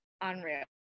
unreal